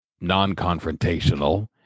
non-confrontational